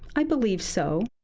i believe so.